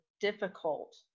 difficult